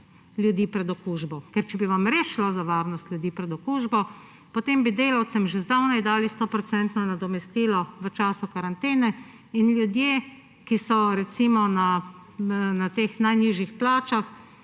ljudi pred okužbo. Ker če bi vam res šlo za varnost ljudi pred okužbo, potem bi delavcem že zdavnaj dali 100-procentno nadomestilo v času karantene in ljudje, ki so, recimo, na teh najnižjih plačah,